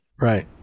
right